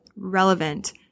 relevant